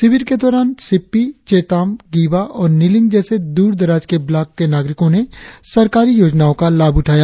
शिविल के दौरान सिप्पी चेताम गिबा और निलिंग जैसे दूरदराज के ब्लॉक के नागरिकों ने सरकारी योजनाओं का लाभ उठाया